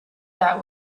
that